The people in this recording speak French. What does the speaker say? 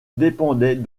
dépendait